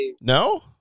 No